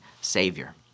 Savior